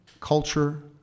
culture